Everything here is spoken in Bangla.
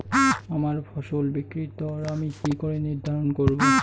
আমার ফসল বিক্রির দর আমি কি করে নির্ধারন করব?